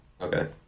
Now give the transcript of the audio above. Okay